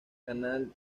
canal